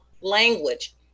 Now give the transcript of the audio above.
language